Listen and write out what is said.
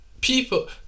People